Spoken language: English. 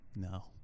No